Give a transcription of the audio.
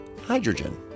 hydrogen